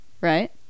right